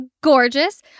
gorgeous